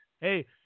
hey